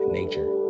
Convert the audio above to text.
nature